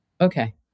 Okay